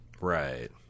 Right